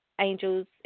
angels